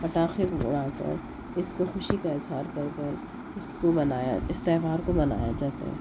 پٹاخے اُڑا کر اِس کو خوشی کا اظہار کر کر اِس کو منایا اِس تہوار کو منایا جاتا ہے